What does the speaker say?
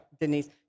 Denise